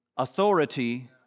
authority